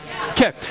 Okay